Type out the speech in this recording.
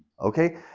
Okay